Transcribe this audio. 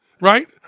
Right